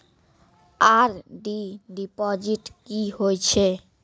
RD deposit की होय छै?